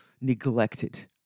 neglected